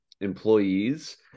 employees